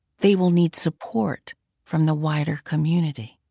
they will need support from the wider community.